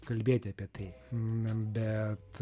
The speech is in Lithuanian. kalbėti apie tai na bet